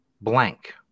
blank